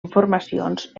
informacions